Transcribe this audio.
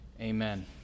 Amen